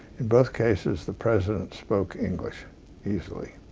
in both cases, the president spoke english easily.